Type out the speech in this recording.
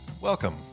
welcome